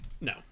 no